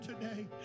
today